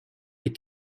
des